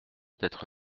d’être